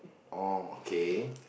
oh okay